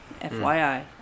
FYI